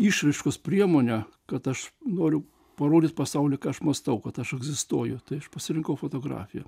išraiškos priemonę kad aš noriu parodyt pasauliui ką aš mąstau kad aš egzistuoju tai aš pasirinkau fotografiją